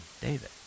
David